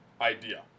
idea